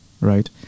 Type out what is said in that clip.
right